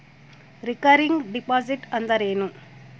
Recurring deposit ಅಂದರೇನು?